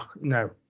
no